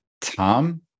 Tom